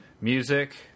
music